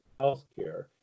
healthcare